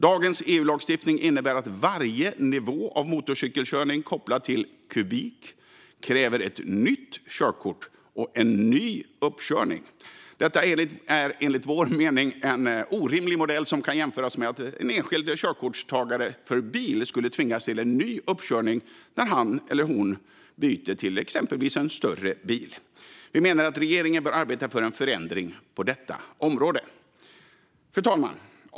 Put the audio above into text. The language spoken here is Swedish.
Dagens EU-lagstiftning innebär att varje nivå av motorcykelkörning kopplad till kubik kräver ett nytt körkort och en ny uppkörning. Detta är enligt vår mening en orimlig modell. Det kan jämföras med att en enskild innehavare av körkort för bil skulle tvingas till en ny uppkörning när han eller hon byter till exempelvis en större bil. Vi menar att regeringen bör arbeta för en förändring på detta område. Fru talman!